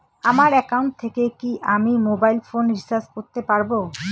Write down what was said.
আমার একাউন্ট থেকে কি আমি মোবাইল ফোন রিসার্চ করতে পারবো?